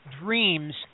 dreams